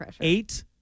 eight